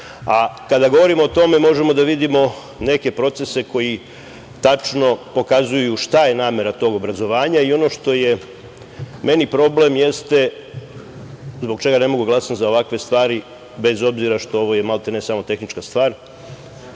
brinu. Kada govorimo o tome možemo da vidimo neke procese koji tačno pokazuju šta je namera tog obrazovanja, i ono što je meni problem jeste zbog čega ne mogu da glasam za ovakve stvari, bez obzira što je ovo maltene samo tehnička stvar,